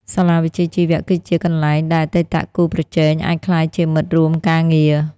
សាលាវិជ្ជាជីវៈគឺជាកន្លែងដែលអតីតគូប្រជែងអាចក្លាយជាមិត្តរួមការងារ។